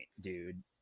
dude